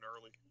early